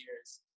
years